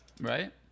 right